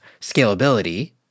scalability